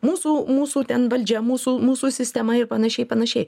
mūsų mūsų ten valdžia mūsų mūsų sistema ir panašiai panašiai